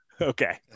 Okay